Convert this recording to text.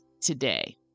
today